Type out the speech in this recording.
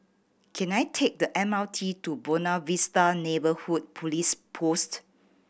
can I take the M R T to Buona Vista Neighbourhood Police Post